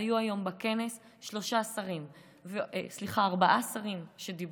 היו היום בכנס ארבעה שרים שדיברו.